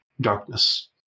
darkness